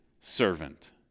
servant